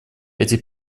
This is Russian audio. эти